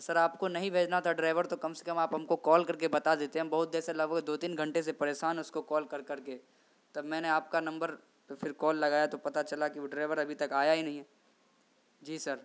سر آپ کو نہیں بھیجنا تھا ڈریور تو کم سے کم آپ ہم کو کال کر کے بتا دیتے ہم بہت دیر سے لگ بھگ دو تین گھنٹے سے پریشان ہیں اس کو کال کر کر کے تب میں نے آپ کا نمبر پہ پھر کال لگایا تو پتا چلا کہ وہ ڈریور ابھی تک آیا ہی نہیں ہے جی سر